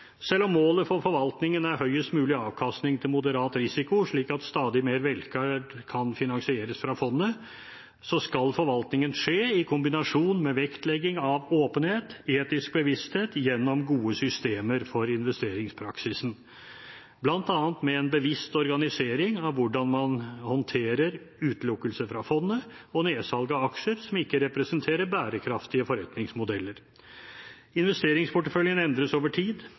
Selv om målet for forvaltningen er høyest mulig avkastning til moderat risiko, slik at stadig mer velferd kan finansieres fra fondet, skal forvaltningen skje i kombinasjon med vektlegging av åpenhet og etisk bevissthet gjennom gode systemer for investeringspraksisen, bl.a. med en bevisst organisering av hvordan man håndterer utelukkelse fra fondet og nedsalg av aksjer, som ikke representerer bærekraftige forretningsmodeller. Investeringsporteføljen endres over tid.